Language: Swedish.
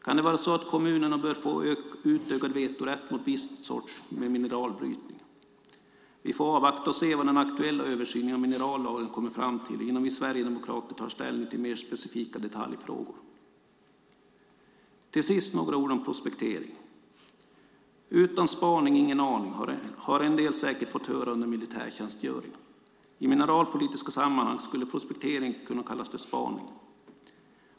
Kan det vara så att kommunerna bör få utökad vetorätt mot viss sorts mineralbrytning? Vi får avvakta och se vad den aktuella översynen av minerallagen kommer fram till innan vi sverigedemokrater tar ställning till mer specifika detaljfrågor. Till sist några ord om prospektering. Utan spaning ingen aning, har en del säkert fått höra under militärtjänstgöringen. I mineralpolitiska sammanhang skulle prospektering kunna kallas för spaning.